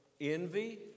envy